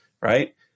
right